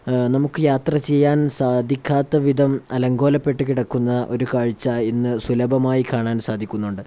നമുക്ക് യാത്ര ചെയ്യാൻ സാധിക്കാത്ത വിധം അലങ്കോലപ്പെട്ട് കിടക്കുന്ന ഒരു കാഴ്ച ഇന്ന് സുലഭമായി കാണാൻ സാധിക്കുന്നുണ്ട്